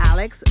Alex